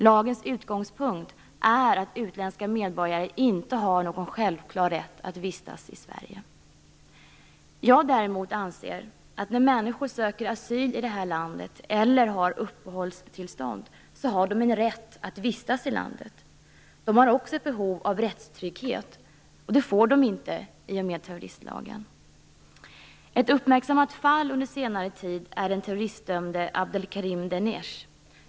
Lagens utgångspunkt är att utländska medborgare inte har någon självklar rätt att vistas i Sverige." Jag anser däremot att när människor söker asyl här i landet eller har uppehållstillstånd, så har de rätt att vistas i landet. De har också ett behov av rättstrygghet, vilket de inte får i och med terroristlagen. Ett uppmärksammat fall under senare tid är den terroristdömde Abdelkerim Deneche.